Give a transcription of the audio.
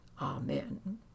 Amen